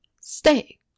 Stay